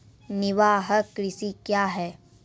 निवाहक कृषि क्या हैं?